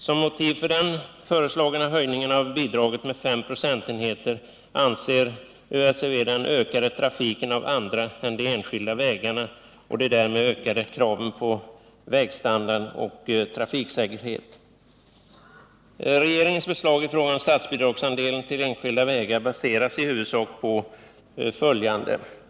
Som motiv för den föreslagna höjningen av bidraget med 5 procentenheter anger ÖSEV den ökande trafiken av andra än de enskilda väghållarna och de därmed ökade kraven på vägstandard och trafiksäkerhet. Regeringens förslag i fråga om statsbidragsandelen till enskilda vägar baseras i huvudsak på följande.